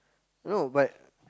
no but